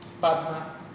Padma